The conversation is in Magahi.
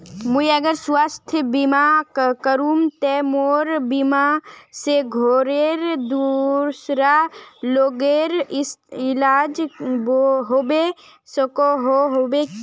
मुई अगर स्वास्थ्य बीमा करूम ते मोर बीमा से घोरेर दूसरा लोगेर इलाज होबे सकोहो होबे?